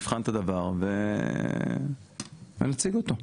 נבחן את הדבר ונציג אותו.